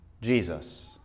Jesus